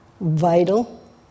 vital